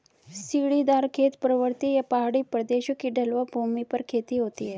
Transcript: सीढ़ीदार खेत, पर्वतीय या पहाड़ी प्रदेशों की ढलवां भूमि पर खेती होती है